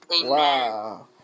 Wow